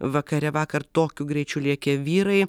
vakare vakar tokiu greičiu lėkė vyrai